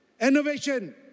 Innovation